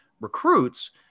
recruits